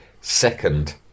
second